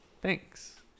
thanks